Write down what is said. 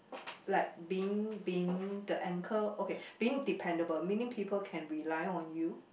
like being being the anchor okay being dependable meaning people can rely on you